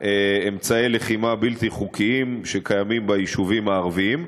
אמצעי לחימה בלתי חוקיים שקיימים ביישובים ערביים.